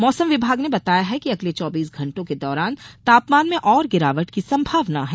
मौसम विभाग ने बताया है कि अगले चौबीस घण्टों के दौरान तापमान में और गिरावट की संभावना जताई है